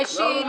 ראשית,